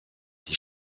die